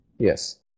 Yes